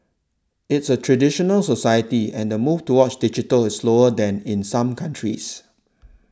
it's a traditional society and the move toward digital is slower than in some countries